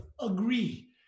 agree